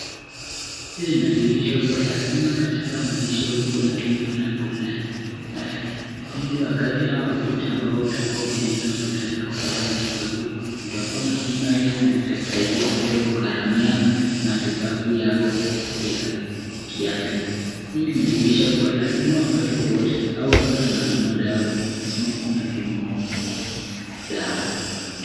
Hili linadirisha kuwa lazima katika maisha ukuwe na bima la afya ili wakati wote ambao utakuwa unaenda hospitali kupata matibabu utakuwa na bima hiyo na nitakusaidia katika kukaramia matibabu yako ya kiafya. Hili linadirisha kuwa lazima wakati wowote au wakati unanunua dawa lazima uwe na bima wa dawa.